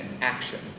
action